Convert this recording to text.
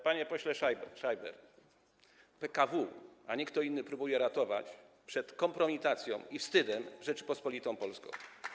Panie pośle, Schreiber, to PKW, a nie kto inny, próbuje ratować przed kompromitacją i wstydem Rzeczpospolitą Polską.